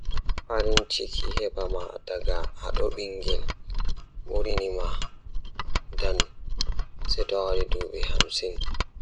Ko woni ɗum jooɗi ndiyam, ko woni sabu rewɓe ɓe woni e hoore leydi. Nde rewɓe maa, Ngal wi'ete fiyaangu ngam ɓe njifti, kono e ndiyam waawde miijo ɓe waɗi diiƴam.